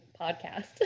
podcast